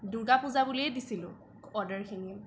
দূৰ্গা পূজা বুলিয়ে দিছিলোঁ অৰ্ডাৰখিনি